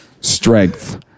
strength